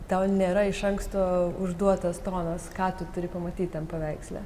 tau nėra iš anksto užduotas tonas ką tu turi pamatyt tam paveiksle